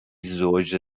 زوج